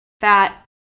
fat